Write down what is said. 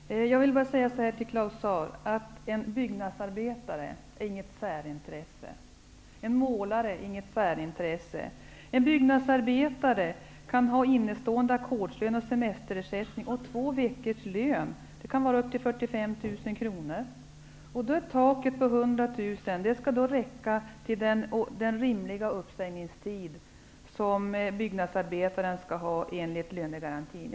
Herr talman! Till Claus Zaar vill jag säga följande. En byggnadsarbetare eller en målare är inget En byggnadsarbetare kan faktiskt ha innestående fordringar i form av ackordslön, semesterersättning och två veckors lön. Det kan röra sig om uppemot 45 000 kr. Ett tak vid 100 000 skall då räcka till den uppsägningstid som byggnadsarbetaren rimligen skall ha enligt lönegarantin.